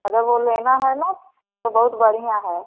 अगर वो लेना है ना तो बहुत बढ़िया है